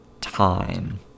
time